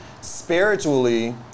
spiritually